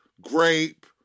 Grape